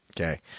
Okay